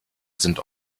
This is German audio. sind